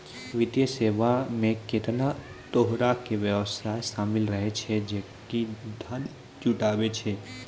वित्तीय सेवा मे केतना तरहो के व्यवसाय शामिल रहै छै जे कि धन जुटाबै छै